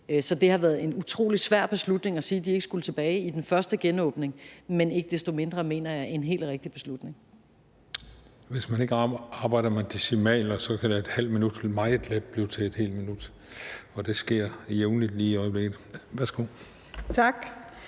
Så det har været en utrolig svær beslutning at sige, at de ikke skulle tilbage i den første genåbning, men ikke desto mindre mener jeg, at det er en helt rigtig beslutning. Kl. 17:58 Den fg. formand (Christian Juhl): Hvis man ikke arbejder med decimaler, kan et halvt minut meget let blive til et helt minut, og det sker jævnligt lige i øjeblikket. Værsgo. Kl.